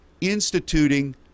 instituting